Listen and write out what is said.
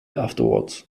afterwards